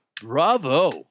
Bravo